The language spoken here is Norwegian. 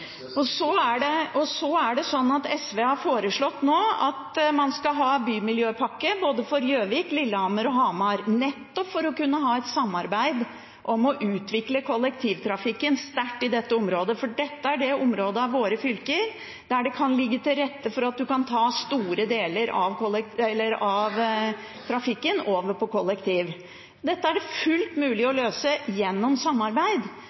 modell. Så er det ikke sånn at Hedmark og Oppland har busselskap, de har to kollektivselskap som driver bussene. Alle bussene er private og tjenester kjøpes inn ved anbud. SV har nå foreslått at man skal ha bymiljøpakke både for Gjøvik, Lillehammer og Hamar, nettopp for å kunne ha et samarbeid om å utvikle kollektivtrafikken i dette området, som er det området i våre fylker der det kan ligge til rette for at man kan ta store deler av trafikken over til kollektivtrafikk. Dette er det